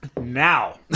Now